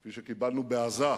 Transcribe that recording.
כפי שקיבלנו בעזה,